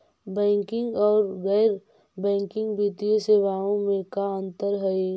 Banking और गैर banking वित्तीय सेवाओं में का अंतर हइ?